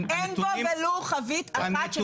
אין פה ולו חבית אחת,